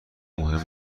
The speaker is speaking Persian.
مهم